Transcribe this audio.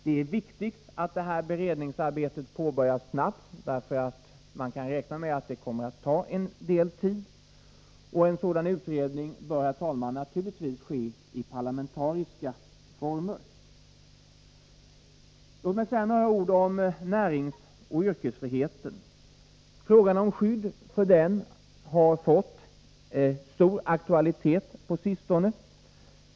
Det är viktigt att detta beredningsarbete påbörjas snabbt, därför att man kan räkna med att det kommer att ta en viss tid. En sådan utredning bör, herr talman, givetvis ske i parlamentariska former. Låt mig säga några ord om näringsoch yrkesfriheten. Frågan om skydd för denna rättighet har fått stor aktualitet på sistone.